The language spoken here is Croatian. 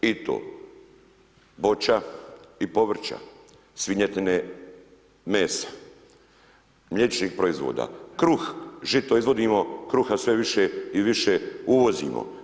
I to voća i povrća, svinjetine, mesa mliječnih proizvoda kruh, žito izvodimo, krha sve više i više uvozimo.